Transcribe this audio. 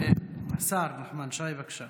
השר נחמן שי, בבקשה.